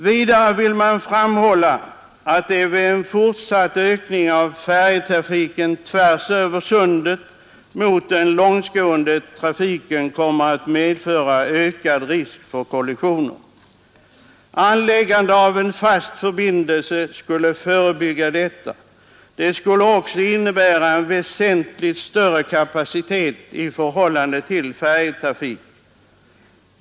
Vidare framhålles att fortsatt ökning av färjetrafiken tvärs över Sundet mot den långtgående trafiken kommer att medföra ökad risk för kollisioner. Anläggande av en fast förbindelse skulle förebygga detta. Det skulle också innebära en väsentligt större kapacitet i förhållande till färjetrafiken.